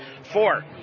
Four